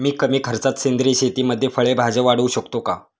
मी कमी खर्चात सेंद्रिय शेतीमध्ये फळे भाज्या वाढवू शकतो का?